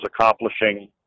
accomplishing